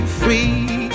free